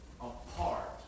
apart